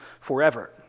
forever